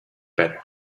better